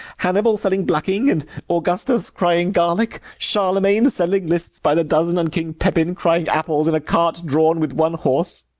hannibal selling blacking, and augustus crying garlic, charlemagne selling lists by the dozen, and king pepin crying apples in a cart drawn with one horse!